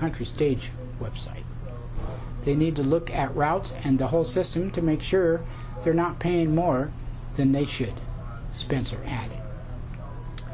country stage website they need to look at routes and the whole system to make sure they're not paying more than they should spencer at